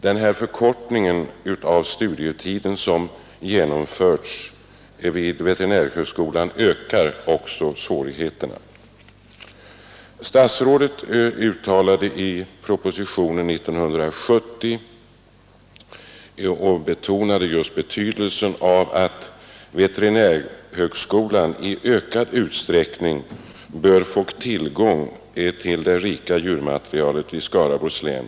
Den förkortning av studietiden som genomförs vid veterinärhögskolan ökar också svårigheterna. Statsrådet betonade i sin proposition 1970 betydelsen av att veterinärhögskolan i ökad utsträckning bör få tillgång till det rika djurmaterialet i Skaraborgs län.